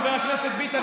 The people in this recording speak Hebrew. חבר הכנסת ביטן,